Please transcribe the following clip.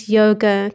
yoga